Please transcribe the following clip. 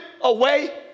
away